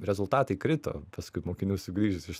rezultatai krito paskui mokinių sugrįžus iš